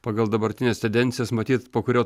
pagal dabartines tendencijas matyt po kurio